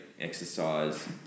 exercise